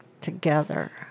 together